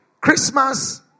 christmas